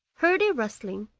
heard a rustling,